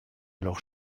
alors